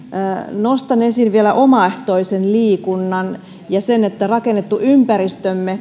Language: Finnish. nostan esiin vielä omaehtoisen liikunnan ja sen kuinka rakennetun ympäristömme